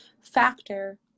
factor